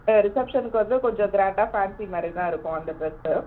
ஆ ரிசப்ஷனுக்கு வந்து கொஞ்சம் க்ராண்டாக ஃபேன்சி மாதிரிதான் இருக்கும் அந்த ட்ரெஸு